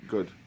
Good